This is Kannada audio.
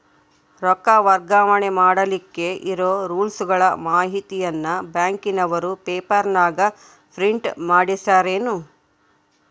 ರೊಕ್ಕ ವರ್ಗಾವಣೆ ಮಾಡಿಲಿಕ್ಕೆ ಇರೋ ರೂಲ್ಸುಗಳ ಮಾಹಿತಿಯನ್ನ ಬ್ಯಾಂಕಿನವರು ಪೇಪರನಾಗ ಪ್ರಿಂಟ್ ಮಾಡಿಸ್ಯಾರೇನು?